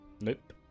Nope